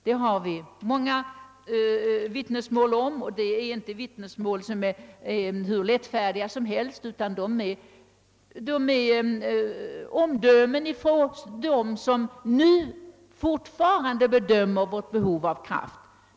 Därom har vi många vittnesmål, och det är inte vittnesmål som väger lätt, utan de utgöres av uttalanden från dem som officiellt fortfarande bedömer vårt behov av kraft.